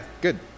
good